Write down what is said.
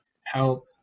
help